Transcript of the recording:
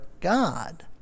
God